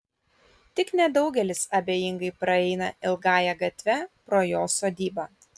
tik nedaugelis abejingai praeina ilgąja gatve pro jo sodybą